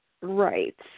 Right